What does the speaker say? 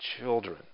children